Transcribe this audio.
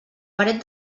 paret